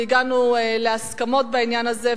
הגענו להסכמות בעניין הזה.